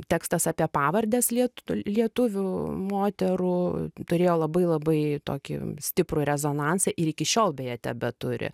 tekstas apie pavardes liet lietuvių moterų turėjo labai labai tokį stiprų rezonansą ir iki šiol beje tebeturi